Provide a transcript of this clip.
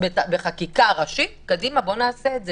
בחקיקה ראשית קדימה, בוא נעשה את זה.